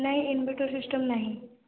ନାଇଁ inverter system ନାହିଁ